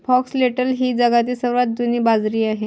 foxtail ही जगातील सर्वात जुनी बाजरी आहे